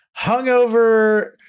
hungover